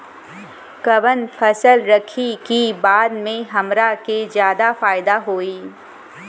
कवन फसल रखी कि बाद में हमरा के ज्यादा फायदा होयी?